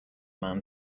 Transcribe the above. man